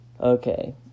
Okay